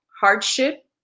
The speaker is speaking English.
hardship